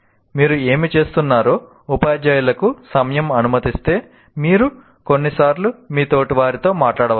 మీరు ఏమి చేస్తున్నారో ఉపాధ్యాయులకు సమయం అనుమతిస్తే మీరు కొన్నిసార్లు మీ తోటివారితో మాట్లాడవచ్చు